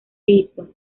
hizo